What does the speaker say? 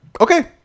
Okay